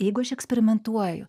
jeigu aš eksperimentuoju